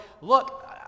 look